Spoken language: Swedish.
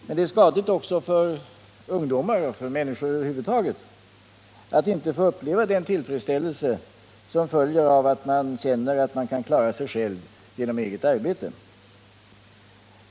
Men det är skadligt också för ungdomar, och för människor över huvud taget, att inte få uppleva den tillfredsställelse som följer av att man känner att man kan klara sig själv genom eget arbete.